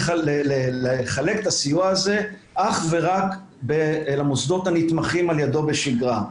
לחלק את הסיוע הזה אך ורק למוסדות הנתמכים על ידו בשגרה.